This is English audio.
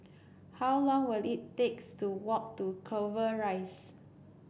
how long will it takes to walk to Clover Rise